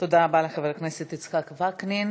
תודה רבה לחבר הכנסת יצחק וקנין.